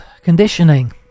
conditioning